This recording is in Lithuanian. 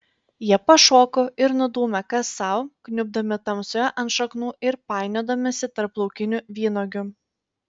jie pašoko ir nudūmė kas sau kniubdami tamsoje ant šaknų ir painiodamiesi tarp laukinių vynuogių